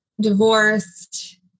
divorced